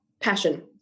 passion